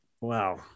wow